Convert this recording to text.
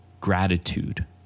gratitude